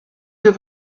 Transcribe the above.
have